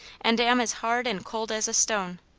and am as hard and cold as a stone.